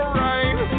right